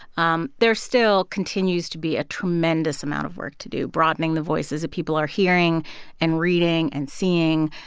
um there still continues to be a tremendous amount of work to do broadening the voices that people are hearing and reading and seeing.